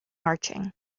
marching